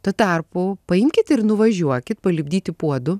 tuo tarpu paimkit ir nuvažiuokit palipdyti puodų